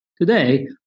today